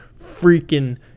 freaking